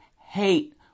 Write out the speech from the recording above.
hate